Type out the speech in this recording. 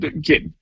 get